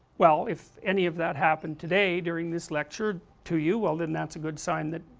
well, if any of that happened today during this lecture to you, well, then that's a good sign that,